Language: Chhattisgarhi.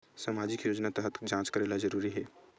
सामजिक योजना तहत जांच करेला जरूरी हे